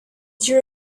drew